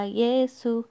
yesu